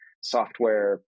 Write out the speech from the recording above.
software